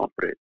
operate